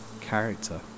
character